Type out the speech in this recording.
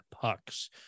pucks